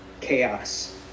chaos